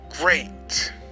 great